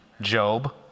Job